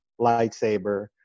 lightsaber